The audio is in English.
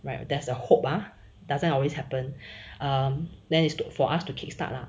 right there's a hope ah doesn't always happen um then is good for us to kick start lah